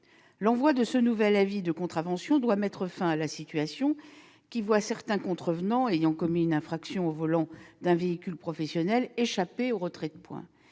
L'envoi de ce nouvel avis de contravention doit mettre fin à la situation qui voit certains contrevenants ayant commis une infraction au volant d'un véhicule professionnel échapper au retrait de points.